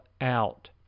out